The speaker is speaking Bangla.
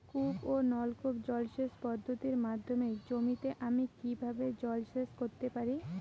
কূপ ও নলকূপ জলসেচ পদ্ধতির মাধ্যমে জমিতে আমি কীভাবে জলসেচ করতে পারি?